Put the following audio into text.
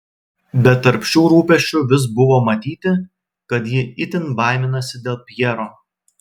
bet tarp šių rūpesčių vis buvo matyti kad ji itin baiminasi dėl pjero